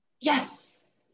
yes